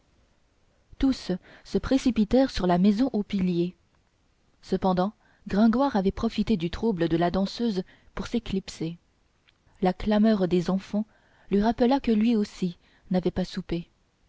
tous se précipitèrent vers la maison aux piliers cependant gringoire avait profité du trouble de la danseuse pour s'éclipser la clameur des enfants lui rappela que lui aussi n'avait pas soupé